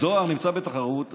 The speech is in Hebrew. הדואר נמצא בתחרות,